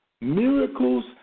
Miracles